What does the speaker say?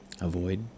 Avoid